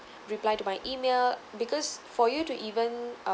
reply to my email because for you to even uh